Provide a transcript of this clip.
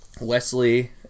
Wesley